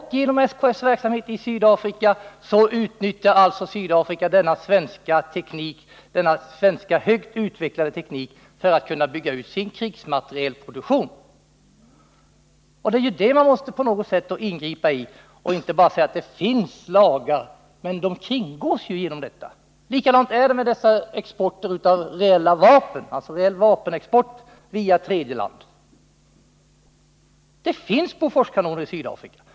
Genom SKF:s verksamhet i Sydafrika utnyttjar alltså Sydafrika svensk högt utvecklad teknik för att kunna bygga ut sin krigsmaterielproduktion. Det är ju det man på något sätt måste ingripa mot — man kan inte bara hänvisa till att det finns lagar. Dessa lagar kringgås ju på det sätt jag nämnt. Likadant är det med den reella vapenexporten via tredje land. Det finns Boforskanoner i Sydafrika.